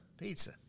pizza